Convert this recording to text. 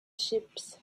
ships